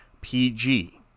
PG